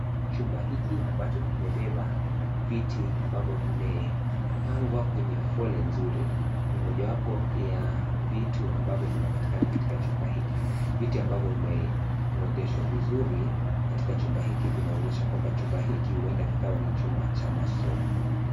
Chumba hiki ambacho kimebeba viti ambavyo vimepangwa kwenye fole nzuri, ni mojawapo ya vitu ambavyo vinapatikana katika chumba hiki. Viti ambavyo vimeorodheshwa vizuri katika chumba hiki vinaonyesha kwamba chumba hiki huenda kikawa ni chumba cha masomo.